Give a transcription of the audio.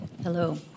hello